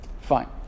fine